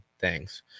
thanks